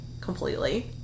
completely